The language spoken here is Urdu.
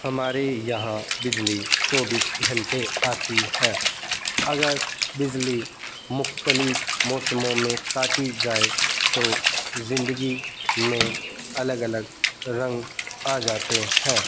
ہمارے یہاں بجلی چوبیس گھنٹے آتی ہے اگر بجلی مختلف موسموں میں کاٹی جائے تو زندگی میں الگ الگ رنگ آ جاتے ہیں